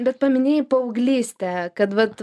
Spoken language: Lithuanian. bet paminėjai paauglystę kad vat